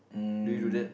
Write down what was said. um